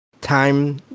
time